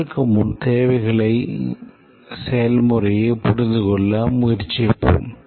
இதற்கு முன் தேவைகள் செயல்முறையைப் புரிந்துகொள்ள முயற்சிப்போம்